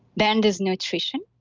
then there's nutrition,